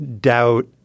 doubt